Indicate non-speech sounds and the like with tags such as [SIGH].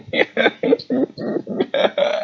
[LAUGHS]